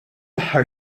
aħħar